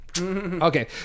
okay